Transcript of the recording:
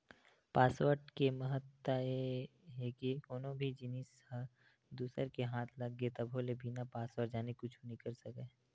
password के महत्ता ए हे के कोनो भी जिनिस ह दूसर के हाथ लग गे तभो ले बिना पासवर्ड जाने कुछु नइ कर सकय